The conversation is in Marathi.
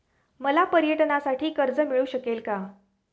मला पर्यटनासाठी कर्ज मिळू शकेल का?